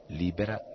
libera